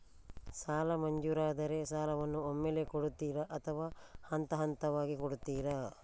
ಸಾಲ ಮಂಜೂರಾದರೆ ಸಾಲವನ್ನು ಒಮ್ಮೆಲೇ ಕೊಡುತ್ತೀರಾ ಅಥವಾ ಹಂತಹಂತವಾಗಿ ಕೊಡುತ್ತೀರಾ?